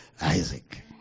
Isaac